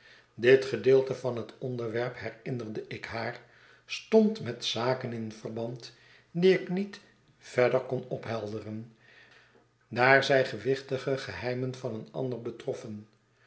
dit gedeelte van het onderwerp herinnerde ik haar stond met zaken in verband die ik niet verder kon ophelderen daar zij gewichtige geheimen van een ander betroffen